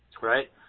right